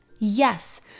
Yes